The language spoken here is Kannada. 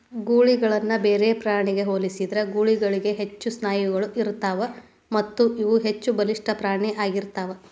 ಗೂಳಿಗಳನ್ನ ಬೇರೆ ಪ್ರಾಣಿಗ ಹೋಲಿಸಿದ್ರ ಗೂಳಿಗಳಿಗ ಹೆಚ್ಚು ಸ್ನಾಯುಗಳು ಇರತ್ತಾವು ಮತ್ತಇವು ಹೆಚ್ಚಬಲಿಷ್ಠ ಪ್ರಾಣಿ ಆಗಿರ್ತಾವ